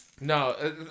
no